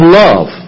love